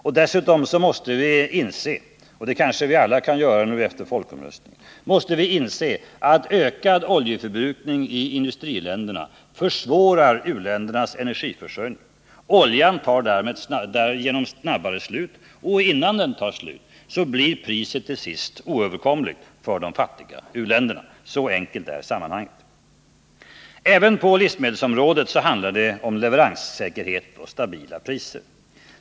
Och dessutom måste vi inse — och det kanske vi alla kan göra nu efter folkomröstningen — att ökad oljeförbrukning i industriländerna försvårar u-ländernas energiförsörjning. Oljan tar snabbare slut, och innan den tar slut blir priset till sist oöverkomligt för de fattiga u-länderna. Så enkelt är sammanhanget. Även på livsmedelsområdet handlar det om leveranssäkerhet och stabila priser.